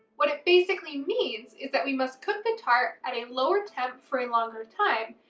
what it basically means is that we must cook the tart at a lower temp for a longer time.